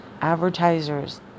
advertisers